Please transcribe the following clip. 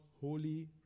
holy